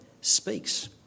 speaks